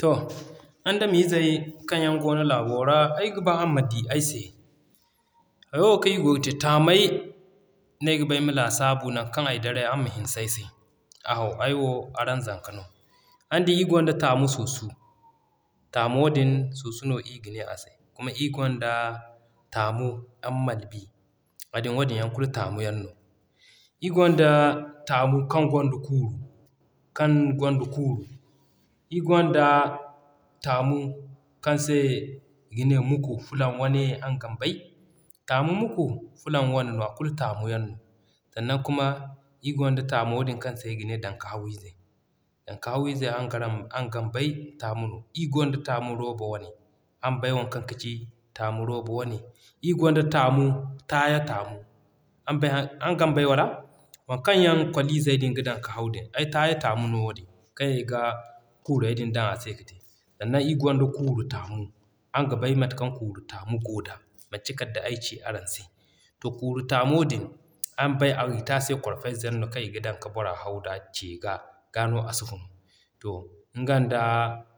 To, Andami zey kaŋ yaŋ goono laabo ra, ayga ba araŋ ma di ay se. Hayo kaŋ iri goo te, tamey no ayga ba ay ma laasabu nan kaŋ ay daray araŋ ma hinse ay se aho; ay wo araŋ zanka no. Araŋ di, ir gonda Taamu suusu, taamo din suusu no ir ga ne ase. Kuma iri gonda Taamu dan Malabi, nidi wadin yaŋ kulu Taamu yaŋ no, iri gonda Taamu kaŋ gonda Kuuru kaŋ gonda Kuuru, iri gonda Taamu kaŋ se i ga ne Mukku Fulan wane araŋ gan bay. Taamu Mukku, Fulan wanno a kulu Taamu yaŋ no, sannan kuma ir gonda Taamo din kaŋ se i ga ne Dan ka haw ize. Dan ka haw ize araŋ gan bay taamu no. Ir gonda Taamu Rooba wane, araŋ bay waŋ kaŋ kaci Rooba wane. Iri gonda Taamu Taya Taamu, araŋ bay araŋ gan bay wala? Waŋ kaŋ yaŋ koli zey ga dan ka haw, ay Taya Taamu no wadin kaŋ yaŋ i ga kuurey din dan ase ka te. Sannan ir gonda Kuuru taamu, araŋ ga bay mate kaŋ Kuuru taamu goo da manci kala day ay ci araŋ se. To, Kuuru taamo din, araŋ bay i te a se korfo ze yaŋ no kaŋ i ga dan ka bora haw d'a ce g'a. G'a no a si funu. To nga nda